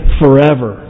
forever